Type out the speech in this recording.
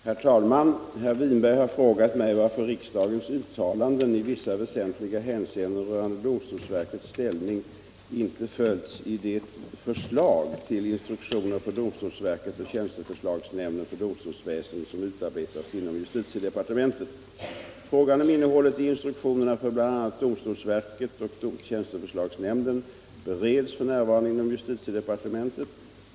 Herr talman! Herr Winberg har frågat mig varför riksdagens uttalanden i vissa väsentliga hänseenden rörande domstolsverkets ställning inte följts i det förslag till instruktioner för domstolsverket och tjänsteförslagsnämnden för domstolsväsendet som utarbetats inom justitiedepartementet. Frågan om innehållet i instruktionerna för bl.a. domstolsverket och tjänsteförslagsnämnden bereds f. n. inom justitiedepartementet.